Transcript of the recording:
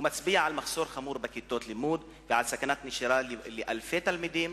הוא מצביע על מחסור חמור בכיתות לימוד ועל סכנת נשירה לאלפי תלמידים,